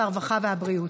העבודה, הרווחה והבריאות.